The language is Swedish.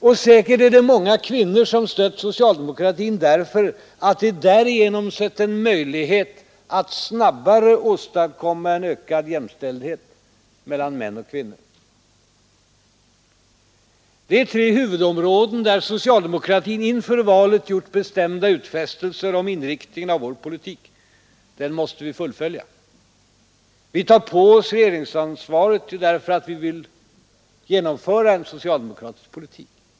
Och säkert är det många kvinnor som stött socialdemokratin därför att de därigenom sett en möjlighet att snabbare åstadkomma en ökad jämställdhet mellan män och kvinnor. Detta är tre huvudområden där socialdemokratin inför valet gjort bestämda utfästelser om inriktningen av sin politik. Den måste vi fullfölja. Vi tar på oss regeringsansvaret därför att vi vill genomföra en socialdemokratisk politik.